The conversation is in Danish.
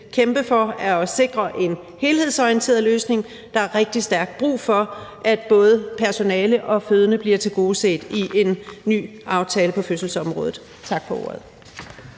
kæmpe for at sikre en helhedsorienteret løsning. Der er rigtig stærkt brug for, at både personale og fødende bliver tilgodeset i en ny aftale på fødselsområdet. Tak for ordet.